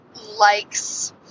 likes